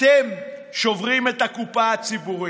אתם שוברים את הקופה הציבורית.